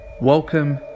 Welcome